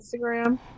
Instagram